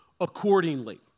accordingly